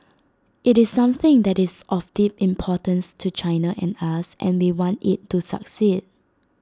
IT is something that is of deep importance to China and us and we want IT to succeed